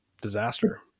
disaster